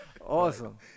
Awesome